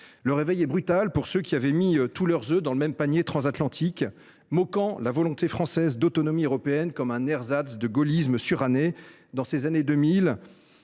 Le réveil est brutal pour ceux qui avaient mis tous leurs œufs dans le même panier transatlantique, moquant la volonté française d’autonomie européenne comme un ersatz de gaullisme suranné, dans ces années 2000